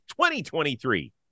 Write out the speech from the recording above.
2023